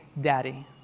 daddy